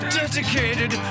dedicated